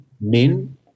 men –